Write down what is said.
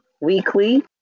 weekly